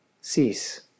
cease